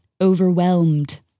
Overwhelmed